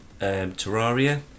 Terraria